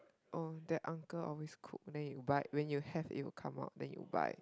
oh that uncle always cook then you buy when you have it will come out when you buy